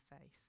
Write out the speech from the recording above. faith